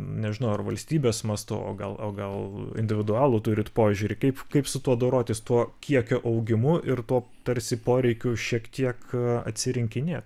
nežinau ar valstybės mastu o gal o gal individualų turit požiūrį kaip kaip su tuo dorotis tuo kiekio augimu ir tuo tarsi poreikiu šiek tiek atsirinkinėt